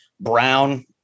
Brown